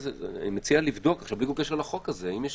אני מציע לבדוק, בלי קשר לחוק הזה, אם יש